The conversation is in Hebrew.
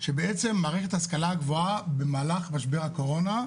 שבעצם מערכת ההשכלה הגבוהה במהלך משבר הקורונה,